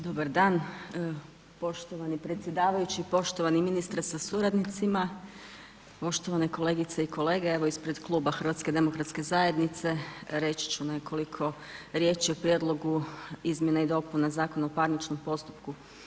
Dobar dan poštovani predsjedavajući, poštovani ministre sa suradnicima, poštovane kolegice i kolege, evo ispred Kluba HDZ-a reći ću nekoliko riječi o Prijedlogu izmjena i dopuna Zakona o parničnom postupku.